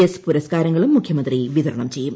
S പുരസ്ക്കാരങ്ങളും മുഖ്യമന്ത്രി വിതരണം ചെയ്യും